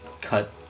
cut